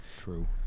true